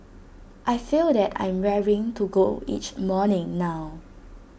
I feel that I'm raring to go each morning now